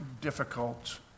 difficult